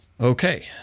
Okay